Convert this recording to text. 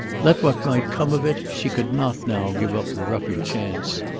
let what might come of it she could not now give up the rufford chance.